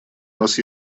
нас